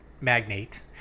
magnate